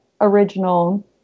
original